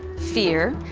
fear,